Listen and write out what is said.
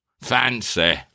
Fancy